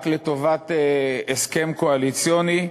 רק לטובת הסכם קואליציוני,